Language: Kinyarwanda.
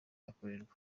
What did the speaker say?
akorerwa